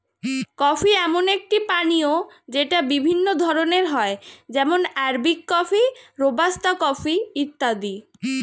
coffee এমন একটি পানীয় যেটা বিভিন্ন ধরণের হয় যেমন আরবিক কফি, রোবাস্তা কফি ইত্যাদি